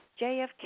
JFK